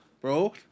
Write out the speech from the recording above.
bro